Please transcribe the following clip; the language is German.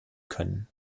können